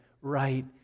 right